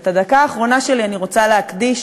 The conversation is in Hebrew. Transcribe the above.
את הדקה האחרונה שלי אני רוצה להקדיש